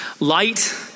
Light